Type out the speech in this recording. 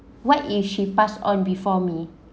what if she pass on before me